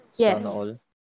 Yes